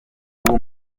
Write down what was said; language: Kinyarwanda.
uwo